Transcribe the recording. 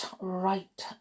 right